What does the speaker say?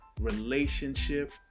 relationship